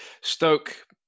Stoke